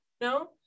No